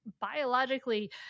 biologically